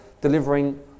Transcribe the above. delivering